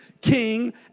king